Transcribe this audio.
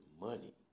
money